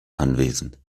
anwesend